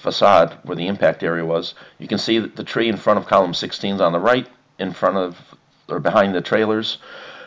facade when the impact area was you can see that the tree in front of column sixteen on the right in front of or behind the trailers